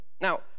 Now